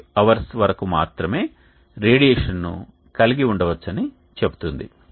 5 గంటల వరకు మాత్రమే రేడియేషన్ను కలిగి ఉండవచ్చని చెబుతుంది